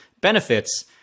benefits